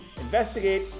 investigate